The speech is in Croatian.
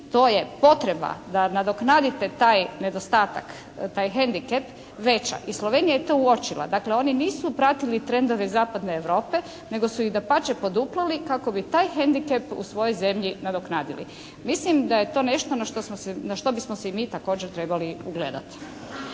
to je potreba da nadoknadite taj nedostatak, taj hendikep veća i Slovenija je to uočila. Dakle, oni nisu pratili trendove zapadne Europe nego su i dapače poduplali kako bi taj hendikep u svojoj zemlji nadoknadili. Mislim da je to nešto na što smo bismo se i mi također trebali ugledati.